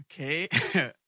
Okay